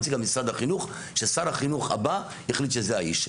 נציג משרד החינוך ששר החינוך הבא החליט שזה האיש.